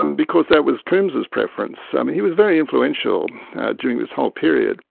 um because that was coombs's preference. he was very influential during this whole period.